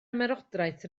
ymerodraeth